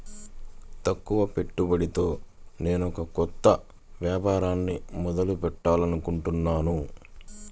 తక్కువ పెట్టుబడితో నేనొక కొత్త వ్యాపారాన్ని మొదలు పెట్టాలనుకుంటున్నాను